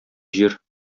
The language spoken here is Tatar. җир